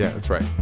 yeah that's right